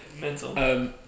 mental